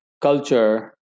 culture